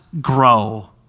grow